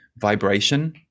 vibration